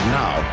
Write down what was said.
now